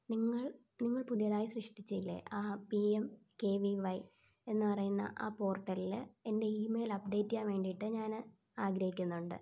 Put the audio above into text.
നിങ്ങൾ നിങ്ങൾ പുതിയതായി സൃഷ്ട്ടിച്ചില്ലേ ആ P M K V Y എന്ന് പറയുന്ന ആ പോർട്ടലിൽ എൻ്റെ ഇമെയിൽ അപ്പ്ഡേറ്റ് ചെയ്യാൻ വേണ്ടിയിട്ട് ഞാൻ ആഗ്രഹിക്കുന്നുണ്ട്